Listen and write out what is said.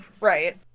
Right